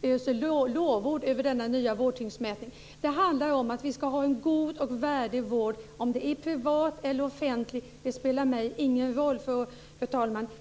där öser lovord över denna nya vårdtyngdsmätning. Det handlar om att vi ska ha en god och värdig vård. Om den är privat eller offentlig spelar mig ingen roll, fru talman.